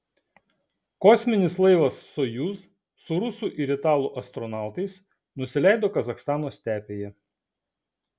kosminis laivas sojuz su rusų ir italų astronautais nusileido kazachstano stepėje